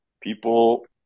people